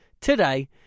today